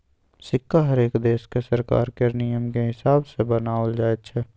सिक्का हरेक देशक सरकार केर नियमकेँ हिसाब सँ बनाओल जाइत छै